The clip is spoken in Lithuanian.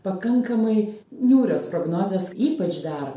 pakankamai niūrios prognozės ypač dar